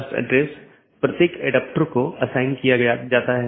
इसके बजाय BGP संदेश को समय समय पर साथियों के बीच आदान प्रदान किया जाता है